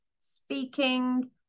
speaking